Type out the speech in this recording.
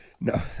No